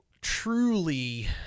truly